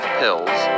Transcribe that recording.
pills